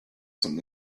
some